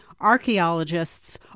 archaeologists